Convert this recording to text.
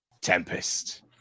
Tempest